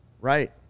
Right